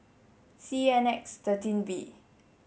C N X thirteen V